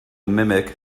mimic